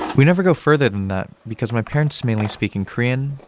we never go further than that because my parents mainly speak in korean,